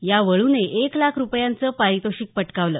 या वळूने एक लाख रुपयांचं पारितोषिक पटकावलं